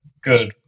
good